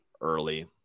early